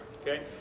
Okay